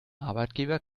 arbeitgeber